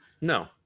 No